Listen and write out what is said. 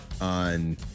on